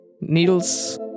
Needles